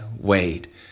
wait